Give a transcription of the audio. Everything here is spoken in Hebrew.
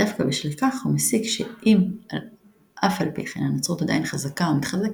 דווקא בשל כך הוא מסיק שאם אף על פי כן הנצרות עדיין חזקה ומתחזקת,